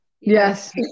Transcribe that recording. Yes